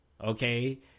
Okay